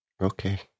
Okay